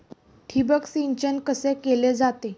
ठिबक सिंचन कसे केले जाते?